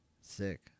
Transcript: sick